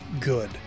good